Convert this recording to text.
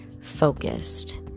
Focused